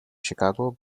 chicago